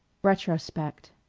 retrospect